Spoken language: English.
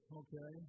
okay